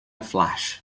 flash